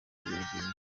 baragenda